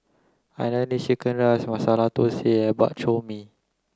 Hainanese chicken rice Masala Thosai and Bak Chor Mee